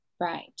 Right